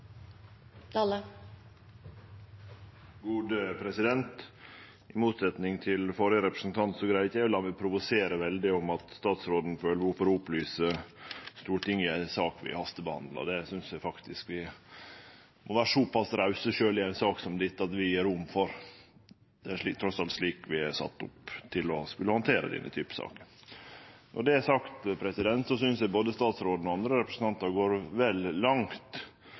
I motsetning til førre representant greier ikkje eg å la meg provosere veldig over at statsråden føler behov for å opplyse Stortinget i ei sak vi hastebehandlar. Det synest eg vi må vere såpass rause, sjølv i ei sak som dette, at vi gjev rom for. Det er trass i alt slik vi er sette opp til å skulle handtere denne typen saker. Når det er sagt, synest eg både statsråden og andre representantar går vel langt.